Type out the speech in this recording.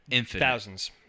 Thousands